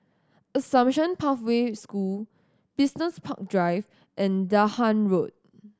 Assumption Pathway School Business Park Drive and Dahan Road